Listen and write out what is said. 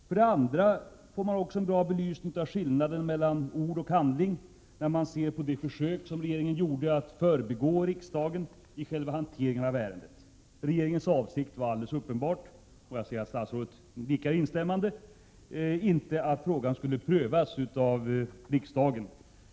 Man får också en bra belysning av skillnaden mellan ord och handling, när man ser på de försök som regeringen gjorde att förbigå riksdagen i själva hanteringen av ärendet. Regeringens avsikt var alldeles uppenbart — jag ser att statsrådet Johansson nickar instämmande — att frågan inte skulle prövas av riksdagen.